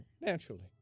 naturally